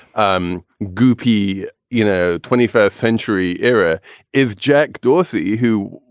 um goopy, you know, twenty first century era is jack dorsey, who,